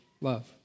love